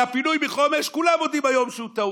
הרי הפינוי מחומש, כולם מודים שהוא טעות.